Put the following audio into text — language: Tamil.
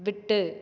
விட்டு